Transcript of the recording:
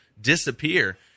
disappear